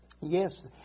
Yes